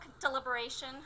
deliberation